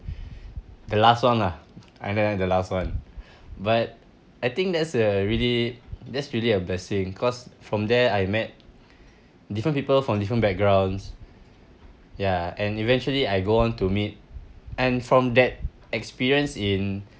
the last one lah I ended up the last one but I think that's uh really that's really a blessing cause from there I met different people from different backgrounds ya and eventually I go on to meet and from that experience in